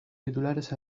titulares